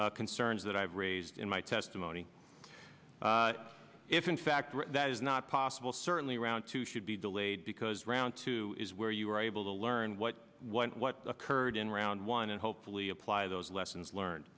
concerns that i've raised in my testimony if in fact that is not possible certainly around to should be delayed because round two is where you were able to learn what what what occurred in round one and hopefully apply those lessons learned